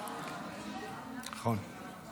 נכון.